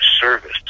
service